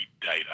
data